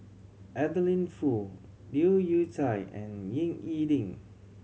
Adeline Foo Leu Yew Chye and Ying E Ding